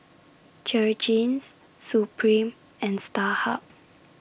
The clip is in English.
Jergens Supreme and Starhub